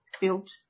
built